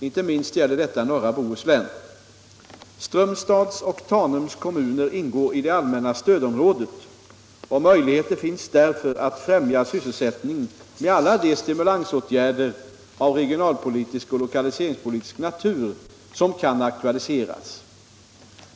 Inte minst gäller detta norra Bohuslän. Strömstads och Tanums kommuner ingår i det allmänna stödområdet och möjligheter finns därför att främja sysselsättningen med alla de stimulansåtgärder av regionalpolitisk och lokaliseringspolitisk natur som kan aktualiseras.